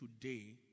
today